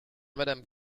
madame